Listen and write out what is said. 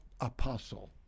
apostle